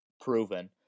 proven